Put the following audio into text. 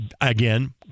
again